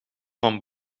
van